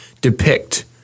depict